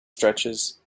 stretches